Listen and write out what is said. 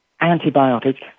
antibiotics